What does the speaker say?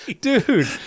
dude